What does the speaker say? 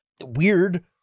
Weird